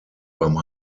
beim